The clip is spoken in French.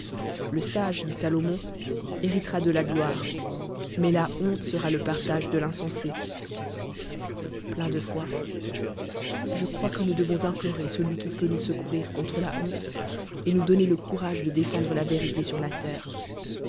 le sage dit salomon héritera de la gloire mais la honte sera le parta c del'insensé plein de foi je crois que nous devon implorer celui qui peut ou l secourir contre la honte et nous donner le courage de défendre la vérité sur la terre